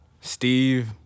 Steve